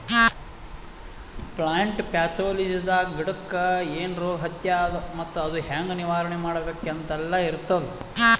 plant ಪ್ಯಾಥೊಲಜಿದಾಗ ಗಿಡಕ್ಕ್ ಏನ್ ರೋಗ್ ಹತ್ಯಾದ ಮತ್ತ್ ಅದು ಹೆಂಗ್ ನಿವಾರಣೆ ಮಾಡ್ಬೇಕ್ ಅಂತೆಲ್ಲಾ ಇರ್ತದ್